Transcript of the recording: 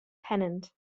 pennant